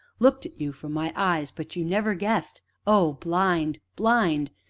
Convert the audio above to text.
looked at you from my eyes but you never guessed oh, blind! blind!